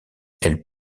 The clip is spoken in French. elles